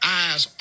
eyes